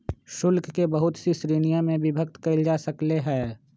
शुल्क के बहुत सी श्रीणिय में विभक्त कइल जा सकले है